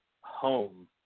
home